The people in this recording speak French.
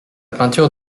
peinture